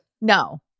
No